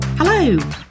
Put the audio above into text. Hello